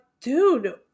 dude